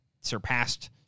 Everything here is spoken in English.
surpassed